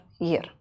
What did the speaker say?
year